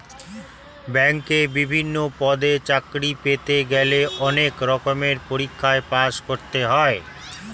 ব্যাংকে বিভিন্ন পদে চাকরি পেতে গেলে অনেক রকমের পরীক্ষায় পাশ করতে হয়